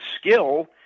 skill